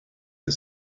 the